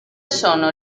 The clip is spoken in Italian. sono